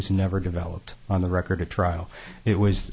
was never developed on the record to trial it was